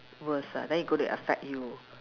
worse ah then it gonna affect you